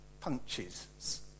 punches